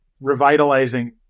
revitalizing